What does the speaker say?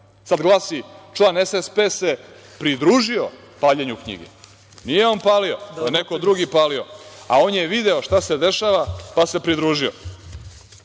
sad glasi – član SSP se pridružio paljenju knjige. Nije on palio, neko drugi je palio, a on je video šta se dešava, pa se pridružio. Kako